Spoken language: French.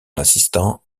assistant